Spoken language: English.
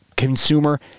consumer